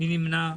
מי נמנע?